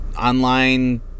online